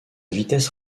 vitesse